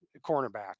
cornerback